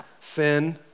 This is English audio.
Sin